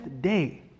day